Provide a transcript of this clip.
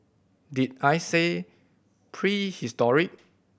did I say prehistoric